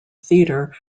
theatre